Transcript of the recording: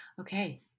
okay